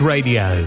Radio